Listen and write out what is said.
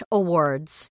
awards